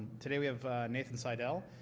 today, we have nathan seidle.